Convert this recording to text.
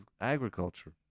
agriculture